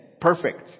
perfect